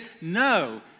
No